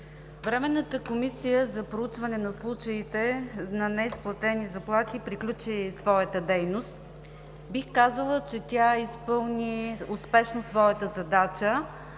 Временната комисия за проучване на случаите на неизплатени заплати приключи своята дейност. Бих казала, че тя изпълни успешно своята задача,